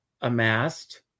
amassed